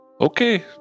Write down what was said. okay